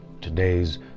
today's